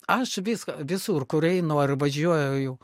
aš viską visur kur einu ar važiuoju